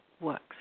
works